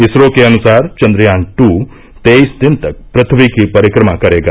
इसरो के अनुसार चंद्रयान ट्र तेईस दिन तक पृथ्वी की परिक्रमा करेगा